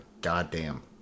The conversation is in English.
goddamn